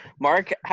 Mark